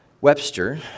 Webster